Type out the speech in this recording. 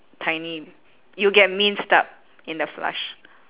tiny you get means stuck in the flush